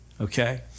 Okay